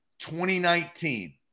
2019